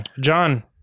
John